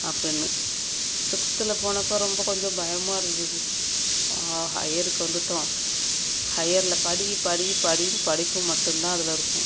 அப்படின்னு சிக்ஸ்த்தில் போனப்போ ரொம்ப கொஞ்சம் பயமாக இருந்தது ஆ ஹையருக்கு வந்துவிட்டோம் ஹையரில் படி படி படின்னு படிப்பு மட்டுந்தான் அதில் இருக்கும்